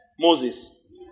Moses